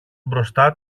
μπροστά